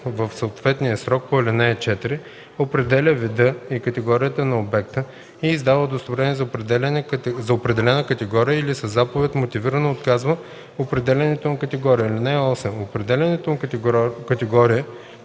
в съответния срок по ал. 4 определя вида и категорията на обекта и издава удостоверение за определена категория или със заповед мотивирано отказва определянето на категория. (8) Определянето на категория